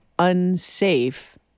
unsafe